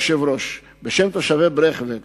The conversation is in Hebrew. אדוני היושב-ראש, בשם תושבי ברכפלד